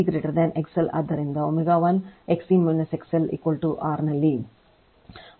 ಆದ್ದರಿಂದ XC XL ಆದ್ದರಿಂದ ω 1 XC XL R ನಲ್ಲಿ